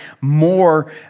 more